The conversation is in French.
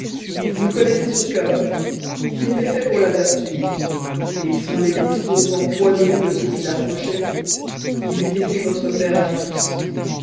je connaissais son cœur il était fait pour la vertu et sans les discours empoisonnés de ceux qui l'approchaient il eût été votre père à tous